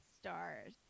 stars